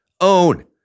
own